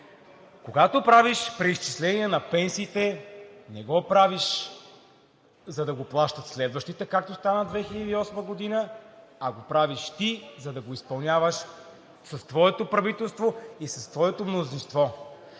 Когато правиш преизчисление на пенсиите, не го правиш, за да го плащат следващите, както стана в 2008 г., а го правиш ти, за да го изпълняваш с твоето правителство и с твоето мнозинство.